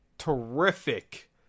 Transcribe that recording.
terrific